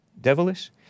devilish